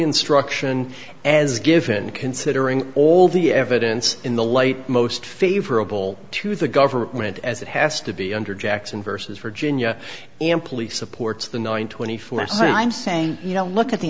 instruction as given considering all the evidence in the light most favorable to the government as it has to be under jackson versus virginia and police supports the nine twenty four s and i'm saying you know look at the